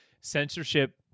censorship